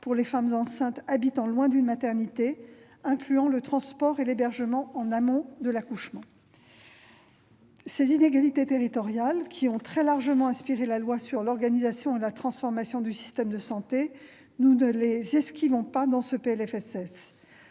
pour les femmes enceintes habitant loin d'une maternité, incluant le transport et l'hébergement en amont de l'accouchement. Ces inégalités territoriales, qui ont très largement inspiré la loi relative à l'organisation et à la transformation du système de santé, nous ne les esquivons pas dans ce PLFSS.